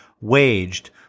waged